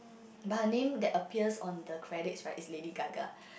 but her name that appears on the credits right is Lady-Gaga